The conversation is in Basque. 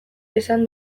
esan